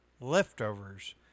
leftovers